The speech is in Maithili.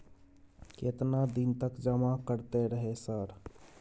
केतना दिन तक जमा करते रहे सर?